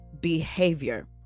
behavior